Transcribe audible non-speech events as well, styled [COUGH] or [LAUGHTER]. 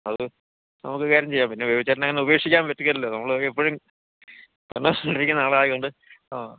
അത് നമുക്ക് ഒരു കാര്യം ചെയ്യാം പിന്നെ ബേബി ചേട്ടനെ അങ്ങനെ ഉപേക്ഷിക്കാൻ പറ്റുകയില്ലല്ലോ നമ്മൾ തമ്മിൽ എപ്പഴും എന്താ [UNINTELLIGIBLE] ആളായത് കൊണ്ട് ആ